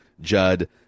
Judd